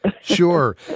Sure